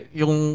yung